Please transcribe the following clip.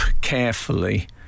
carefully